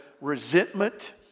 resentment